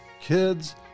kids